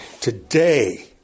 today